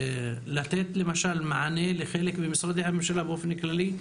לתת למשל מענה לחלק ממשרדי הממשלה באופן כללי,